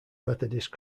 methodist